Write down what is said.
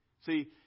See